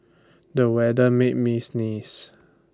the weather made me sneeze